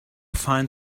find